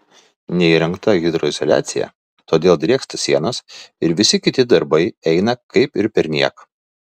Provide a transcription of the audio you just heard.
neįrengta hidroizoliacija todėl drėksta sienos ir visi kiti darbai eina kaip ir perniek